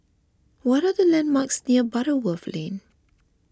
what are the landmarks near Butterworth Lane